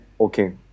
okay